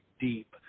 deep